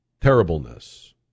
terribleness